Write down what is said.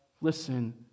listen